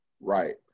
Right